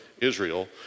Israel